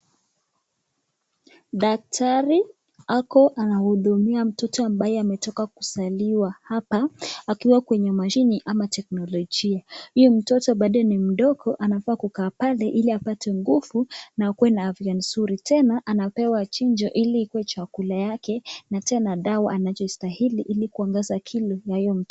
Daktari ako anahudumia mtoto ambaye ametoka kuzaliwa hapa akiwa kwenye mashine ama teknplojia. Huyu mtoto bado ni mdogo anafaa kukaa pale ili apate nguvu na akuwe na afya mzuri tena anapewa chanjo ili ikuwe chakula yake na tena dawa anachostahili ili kuongeza kilo inayomtosha.